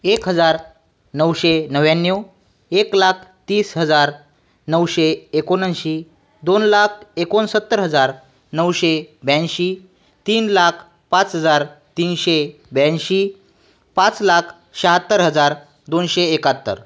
एक हजार नऊशे नव्याण्णव एक लाख तीस हजार नऊशे एकोणऐंशी दोन लाख एकोणसत्तर हजार नऊशे ब्याऐंशी तीन लाख पाच हजार तीनशे ब्याऐंशी पाच लाख शहात्तर हजार दोनशे एकाहत्तर